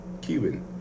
Cuban